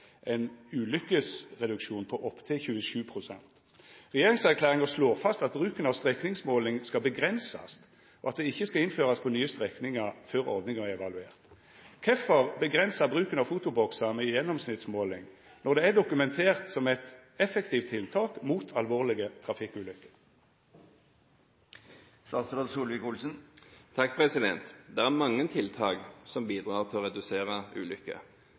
på opptil 27 pst. Regjeringserklæringa slår fast at bruken av strekningsmåling skal avgrensast, og at dette ikkje skal innførast på nye strekningar før ordninga er evaluert. Kvifor avgrensa bruken av fotoboksar med gjennomsnittsmåling, når det er dokumentert at det er eit effektivt tiltak mot alvorlege trafikkulukker? Det er mange tiltak som bidrar til å redusere ulykker.